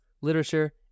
literature